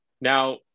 now